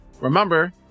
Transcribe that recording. Remember